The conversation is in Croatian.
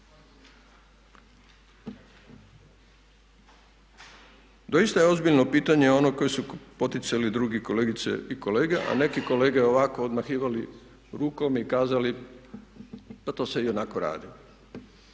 Doista je ozbiljno pitanje ono koji su poticali drugi kolegice i kolege a neki kolege ovako odmahivali rukom i kazali pa to se ionako radi.